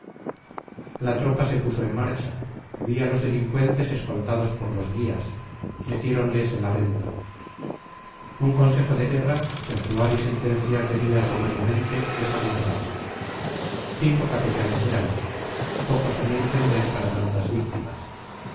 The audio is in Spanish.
la tropa se puso en marcha vi a los delincuentes escoltados por los guías metiéronles en la venta un consejo de guerra que actuar y sentenciar debía sumariamente les aguardaba cinco capellanes éramos pocos a mi entender para tantas víctimas